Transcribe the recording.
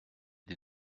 des